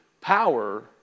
power